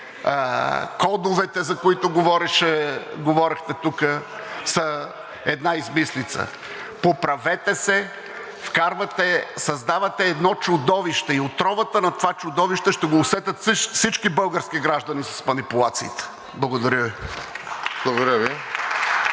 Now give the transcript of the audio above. кодовете, за които говорехте тук, са една измислица. Поправете се, създавате едно чудовище и отровата на това чудовище ще я усетят всички български граждани с манипулациите. Благодаря Ви.